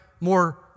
more